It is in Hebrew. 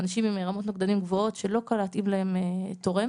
אנשים עם רמות נוגדנים גבוהות שלא קל להתאים להם תורם.